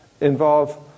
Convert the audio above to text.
Involve